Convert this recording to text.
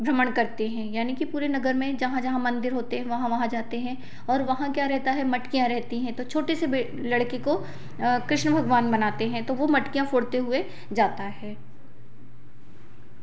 भ्रमण करते हैं यानी कि पूरे नगर में जहाँ जहाँ मंदिर होते हैं वहाँ वहाँ जाते हैं और वहाँ क्या रहता है मटकियाँ रहती हैं तो छोटे से बेटे लड़के को कृष्ण भगवान बनाते हैं तो वे मटकियाँ फोड़ते हुए जाता है